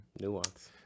nuance